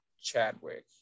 Chadwick